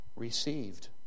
Received